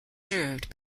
served